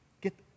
Get